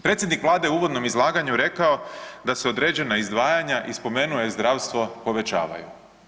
Predsjednik Vlade je u uvodnom izlaganju rekao da se određena izdvajanja i spomenu je zdravstvo povećavaju.